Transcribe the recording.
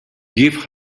give